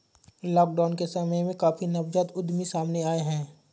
lockdown के समय में काफी नवजात उद्यमी सामने आए हैं